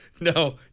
No